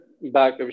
back